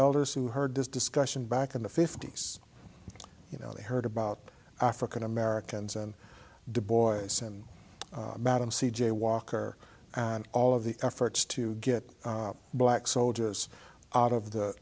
elders who heard this discussion back in the fifty's you know they heard about african americans and the boys and madame c j walker and all of the efforts to get black soldiers out of the